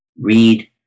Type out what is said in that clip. read